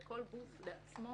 וכל גוף לעצמו